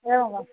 एवं वा